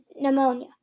Pneumonia